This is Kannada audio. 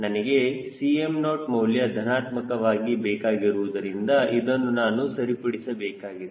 ನನಗೆ Cm0 ಮೌಲ್ಯ ಧನಾತ್ಮಕವಾಗಿ ಬೇಕಾಗಿರುವುದರಿಂದ ಇದನ್ನು ನಾನು ಸರಿಪಡಿಸಬೇಕಾಗಿದೆ